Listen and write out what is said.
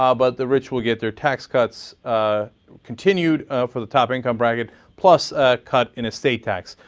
ah but the rich will get their tax cuts continued for the top income bracket plus a cut in estate tax.